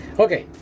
okay